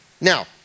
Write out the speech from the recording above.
Now